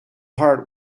heart